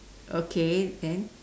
okay then